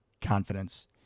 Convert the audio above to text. confidence